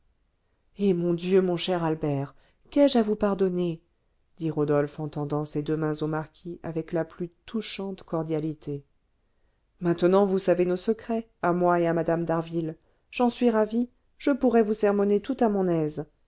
eh mon dieu mon cher albert qu'ai-je à vous pardonner dit rodolphe en tendant ses deux mains au marquis avec la plus touchante cordialité maintenant vous savez nos secrets à moi et à mme d'harville j'en suis ravi je pourrai vous sermonner tout à mon aise